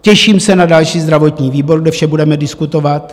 Těším se na další zdravotní výbor, kde vše budeme diskutovat.